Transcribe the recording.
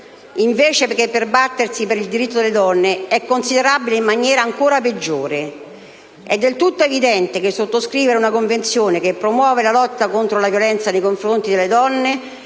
invece che per battersi per il diritto delle donne, è considerabile in maniera ancora peggiore. È del tutto evidente che sottoscrivere una Convenzione che promuove la lotta contro la violenza nei confronti delle donne